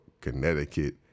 connecticut